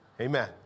Amen